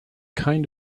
kind